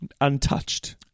Untouched